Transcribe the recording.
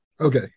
Okay